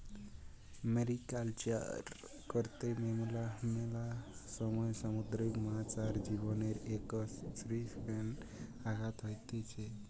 mariculture কর্তে মেলা সময় সামুদ্রিক মাছ আর জীবদের একোসিস্টেমে আঘাত হতিছে